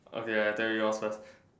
okay I tell you yours first